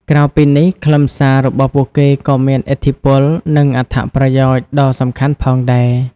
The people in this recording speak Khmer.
ក្រៅពីនេះ ខ្លឹមសាររបស់ពួកគេក៏មានឥទ្ធិពល និងអត្ថប្រយោជន៍ដ៏សំខាន់ផងដែរ។